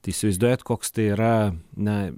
tai įsivaizduojat koks tai yra na